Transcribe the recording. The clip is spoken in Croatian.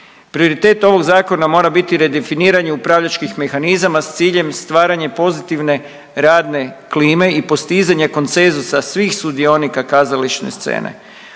Prioritet ovog zakona mora biti redefiniranje upravljačkih mehanizama s ciljem stvaranje pozitivne radne klime i postizanja konsenzusa svih sudionika kazališne scene.